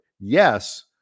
yes